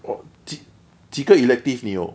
oh 几几个 elective 你有